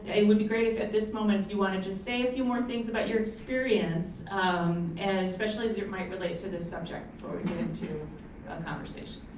it would be great if at this moment if you wanna just say a few more things about your experience and especially as it might relate to this subject before we get into a conversation.